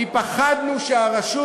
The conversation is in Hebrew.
כי פחדנו שהרשות,